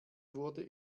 wurde